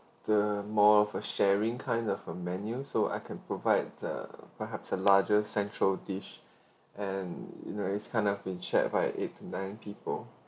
the more of a sharing kind of a menu so I can provide the perhaps a larger central dish and you know it's kind of been shared by eight nine people